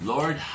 Lord